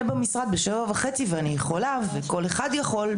במשרד ב-7:30 ואני יכולה וכל אחד יכול,